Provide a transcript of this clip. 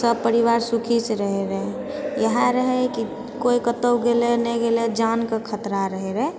सब परिवार सुखीसँ रहै रहए इएह रहय कि कोइ कतहुँ गेले नहि गेले जानके खतरा रहै रहए